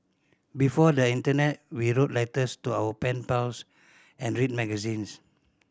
before the internet we wrote letters to our pen pals and read magazines